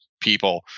people